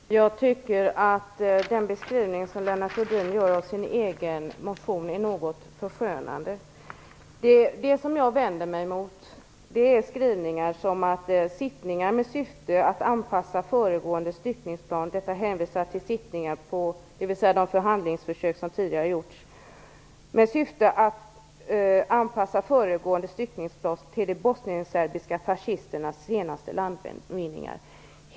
Herr talman! Jag tycker att den beskrivning som Lennart Rohdin gör av sin egen motion är något förskönande. Det som jag vänder mig emot är skrivningar som "sittningar med syfte att anpassa föregående styckningsplan till de bosnienserbiska fascisternas senaste landvinningar". Ordet sittningar syftar på de förhandlingsförsök som gjorts tidigare.